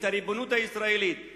את הריבונות הישראלית,